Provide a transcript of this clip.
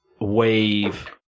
wave